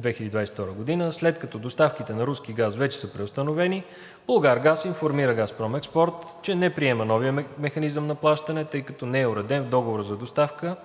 2022 г., след като доставките на руски газ вече са преустановени, „Булгаргаз“ информира ООО „Газпром Експорт“, че не приема новия механизъм на плащане, тъй като не е уреден в Договора за доставка,